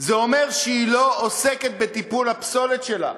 זה אומר שהיא לא עוסקת בטיפול בפסולת שלה,